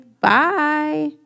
Bye